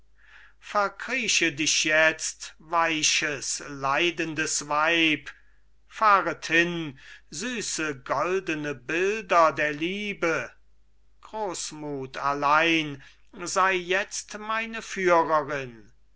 verkrieche dich jetzt weiches leidendes weib fahret hin süße goldene bilder der liebe großmuth allein sei jetzt meine führerin